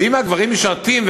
ואם הגברים משרתים,